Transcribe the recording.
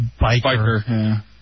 biker